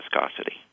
viscosity